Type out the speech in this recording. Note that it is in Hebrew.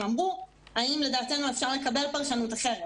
הם אמרו: האם לדעתנו אפשר לקבל פרשנות אחרת.